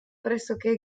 pressoché